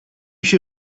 się